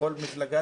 לכל מפלגה,